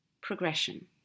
progression